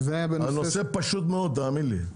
הנושא פשוט מאוד, תאמין לי.